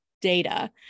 data